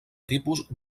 tipus